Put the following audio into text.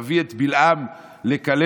תביא את בלעם לקלל,